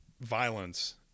violence